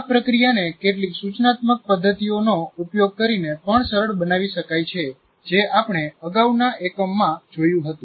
આ પ્રક્રિયાને કેટલીક સૂચનાત્મક પદ્ધતિઓનો ઉપયોગ કરીને પણ સરળ બનાવી શકાય છે જે આપણે અગાઉના એકમમાં જોયું હતું